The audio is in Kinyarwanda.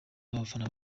n’abafana